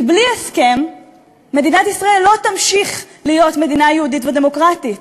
כי בלי הסכם מדינת ישראל לא תמשיך להיות מדינה יהודית ודמוקרטית.